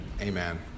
Amen